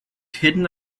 hidden